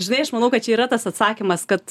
žinai aš manau kad čia yra tas atsakymas kad